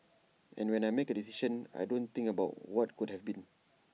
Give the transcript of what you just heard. and when I make A decision I don't think about what could have been